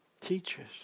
teachers